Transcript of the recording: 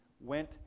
went